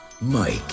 Mike